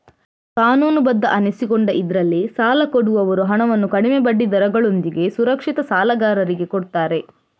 ಕಾನೂನುಬದ್ಧ ಅನಿಸಿಕೊಂಡ ಇದ್ರಲ್ಲಿ ಸಾಲ ಕೊಡುವವರು ಹಣವನ್ನು ಕಡಿಮೆ ಬಡ್ಡಿ ದರಗಳೊಂದಿಗೆ ಸುರಕ್ಷಿತ ಸಾಲಗಾರರಿಗೆ ಕೊಡ್ತಾರೆ